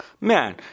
man